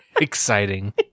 Exciting